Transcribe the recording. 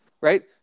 right